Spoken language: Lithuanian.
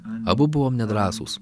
abu buvom nedrąsūs